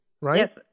right